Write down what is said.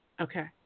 Okay